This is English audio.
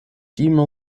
demo